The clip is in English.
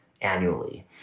annually